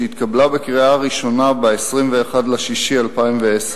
שהתקבלה בקריאה הראשונה ב-21 ביוני 2010,